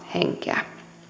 henkeä